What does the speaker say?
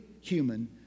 human